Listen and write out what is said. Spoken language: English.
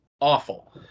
awful